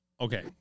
okay